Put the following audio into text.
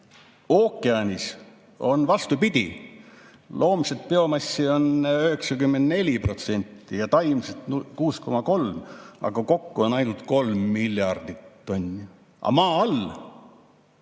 Ookeanis on vastupidi, loomset biomassi on 94% ja taimset 6,3%, aga kokku on ainult kolm miljardit tonni. Aga maa